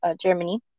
Germany